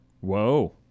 Whoa